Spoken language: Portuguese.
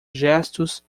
gestos